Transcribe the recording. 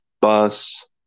bus